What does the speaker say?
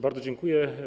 Bardzo dziękuję.